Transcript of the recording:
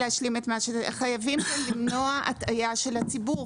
חייבים כאן למנוע הטעיה של הציבור.